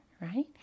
Right